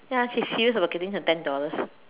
ya she's serious about getting her ten dollars